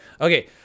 Okay